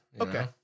Okay